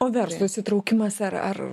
o verslo įsitraukimas ar ar